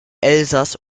elsass